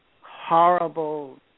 horrible